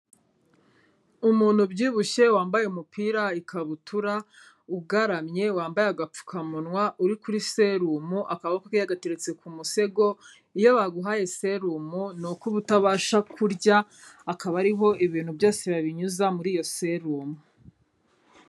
Umuntu ubyibushye wambaye umupira, ikabutura, ugaramye, wambaye agapfukamunwa, uri kuri serumu, akaboko ke yagateretse ku musego, iyo baguhaye serumu ni uko uba utabasha kurya akaba ari ho ibintu byose babinyuza muri iyo serumu.